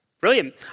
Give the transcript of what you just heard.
Brilliant